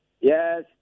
Yes